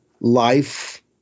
life